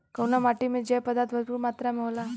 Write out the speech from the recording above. कउना माटी मे जैव पदार्थ भरपूर मात्रा में होला?